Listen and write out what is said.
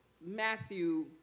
Matthew